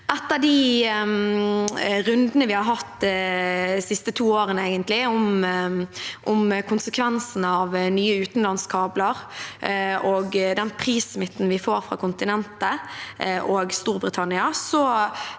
Etter de rundene vi har hatt de to siste årene om konsekvensene av nye utenlandskabler og den prissmitten vi får fra kontinentet og Storbritannia,